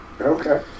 Okay